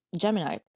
Gemini